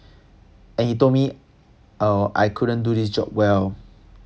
and he told me uh I couldn't do this job well